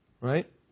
right